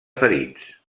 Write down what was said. ferits